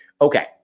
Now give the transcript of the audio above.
Okay